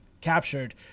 captured